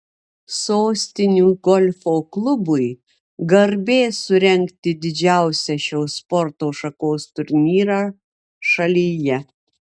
sostinių golfo klubui garbė surengti didžiausią šios sporto šakos turnyrą šalyje